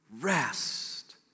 rest